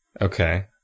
Okay